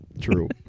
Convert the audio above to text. True